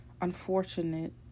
unfortunate